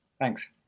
Thanks